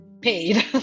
paid